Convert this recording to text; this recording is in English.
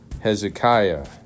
Hezekiah